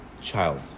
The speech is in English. child